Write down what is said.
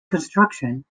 construction